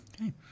Okay